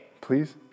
Please